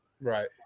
Right